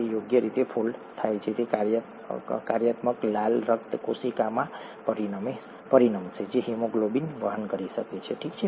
તે યોગ્ય રીતે ફોલ્ડ થાય છે તે કાર્યાત્મક લાલ રક્ત કોશિકામાં પરિણમશે જે હિમોગ્લોબિન વહન કરી શકે છે ઠીક છે